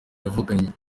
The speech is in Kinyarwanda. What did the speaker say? yavukanye